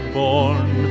born